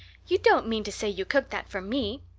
you don't mean to say you cooked that for me!